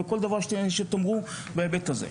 כל דבר שתאמרו בהיבט הזה.